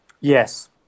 Yes